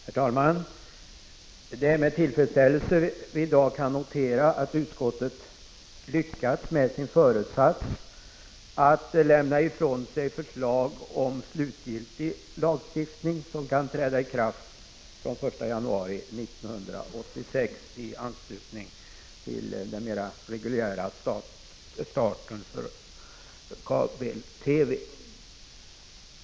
Herr talman! Det är med tillfredsställelse vi i dag kan notera att utskottet lyckats med sin föresats att lämna ifrån sig förslag om slutgiltig lagstiftning som kan träda i kraft den 1 januari 1986, i anslutning till den mera reguljära starten för kabel-TV.